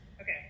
Okay